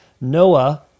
Noah